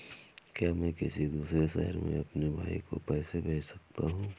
क्या मैं किसी दूसरे शहर में अपने भाई को पैसे भेज सकता हूँ?